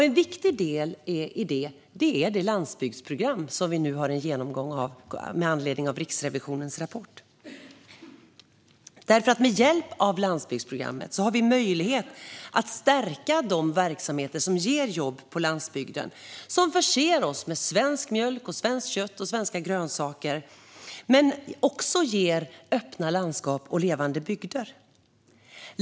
En viktig del i det är det landsbygdsprogram som vi nu har en genomgång av, med anledning av Riksrevisionens rapport. Med hjälp av landsbygdsprogrammet har vi nämligen möjlighet att stärka de verksamheter som ger jobb på landsbygden och som förser oss med svensk mjölk, svenskt kött och svenska grönsaker och som också ger öppna landskap och levande bygder.